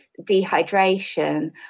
dehydration